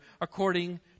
according